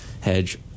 hedge